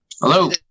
Hello